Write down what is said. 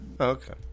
okay